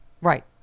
Right